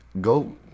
go